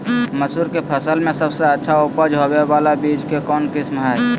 मसूर के फसल में सबसे अच्छा उपज होबे बाला बीज के कौन किस्म हय?